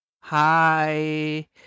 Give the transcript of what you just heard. Hi